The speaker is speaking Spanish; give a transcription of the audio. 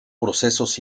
procesos